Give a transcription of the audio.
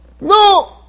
No